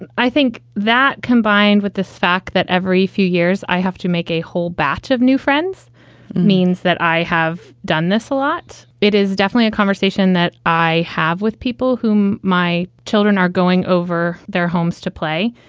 and i think that combined with this fact that every few years i have to make a whole batch of new friends means that i have done this a lot. it is definitely a conversation that i have with people whom my children are going over their homes to play.